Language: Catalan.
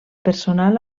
personal